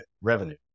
revenue